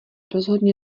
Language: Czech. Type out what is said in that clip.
rozhodně